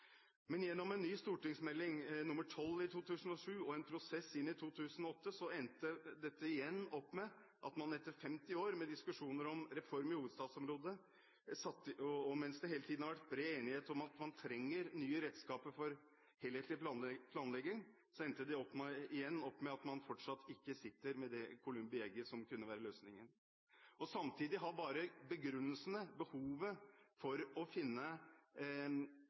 Men gjennom en ny stortingsmelding, St.meld. nr. 12 for 2006–2007, og en prosess inn i 2008, endte det opp med – etter 50 år med diskusjoner om reform i hovedstadsområdet, og mens det hele tiden har vært bred enighet om at man trenger nye redskaper for helhetlig planlegging – at man fortsatt ikke sitter med det columbi egg som kunne vært løsningen. Samtidig har begrunnelsene for, og behovet for, å finne